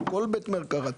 אבל כל בית מרקחת